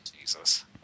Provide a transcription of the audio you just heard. Jesus